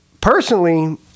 Personally